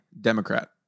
democrat